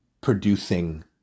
producing